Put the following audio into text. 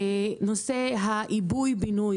נושא העיבוי-בינוי,